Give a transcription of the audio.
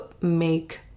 make